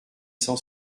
cent